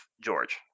George